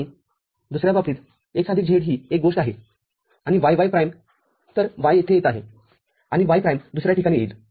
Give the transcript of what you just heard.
आणि दुसर्या बाबतीत x आदिक z ही एक गोष्ट आहे आणि y y प्राईम तरy येथे येत आहे आणि y प्राइम दुसर्या ठिकाणी येईल